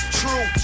true